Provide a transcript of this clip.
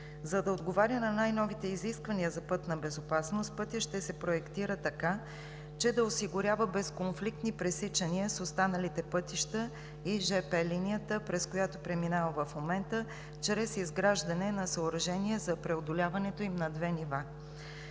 За да отговаря на най-новите изисквания за пътна безопасност, пътят ще се проектира така, че да осигурява безконфликтни пресичания с останалите пътища и жп линията, през която преминава в момента, чрез изграждане на съоръжения за преодоляването им на две нива.